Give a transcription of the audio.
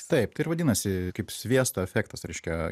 taip ir vadinasi kaip sviesto efektas reiškia